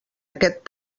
aquest